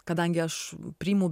kadangi aš priimu